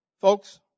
Folks